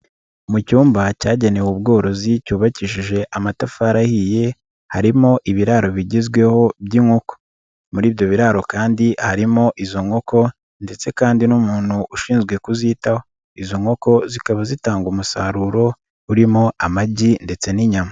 Mu cyumba cyagenewe ubworozi cyubakishije amatafari ahiye harimo ibiraro bigezweho by'inkoko, muri ibyo biraro kandi harimo izo nkoko ndetse kandi n'umuntu ushinzwe kuzitaho, izo nkoko zikaba zitanga umusaruro urimo amagi ndetse n'inyama.